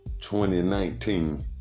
2019